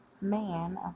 man